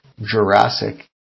Jurassic